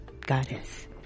Goddess